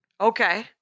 Okay